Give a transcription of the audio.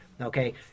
okay